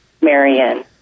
Marion